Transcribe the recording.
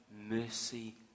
mercy